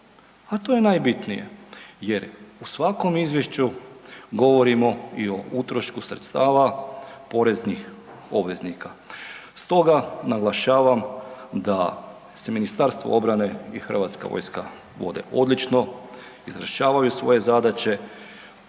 a to je najbitnije jer u svakom izvješću govorimo i o utrošku sredstava poreznih obveznika. Stoga naglašavam da se Ministarstvo obrane i HV vode odlično, izvršavaju svoje zadaće,